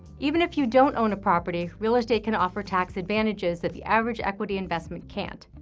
even if you don't own a property, real estate can offer tax advantages that the average equity investment can't.